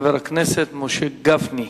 חבר הכנסת משה גפני.